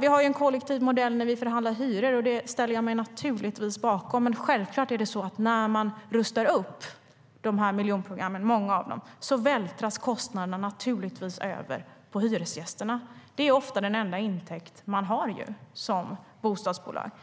vi har en kollektivmodell när vi förhandlar hyror. Det ställer jag mig naturligtvis bakom. Men självklart är det så att när man rustar upp många av miljonprogrammen vältras kostnaderna över på hyresgästerna. Det är ju ofta den enda intäkt bostadsbolagen har.